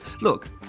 Look